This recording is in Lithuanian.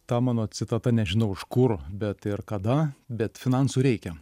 ta mano citata nežinau iš kur bet ir kada bet finansų reikia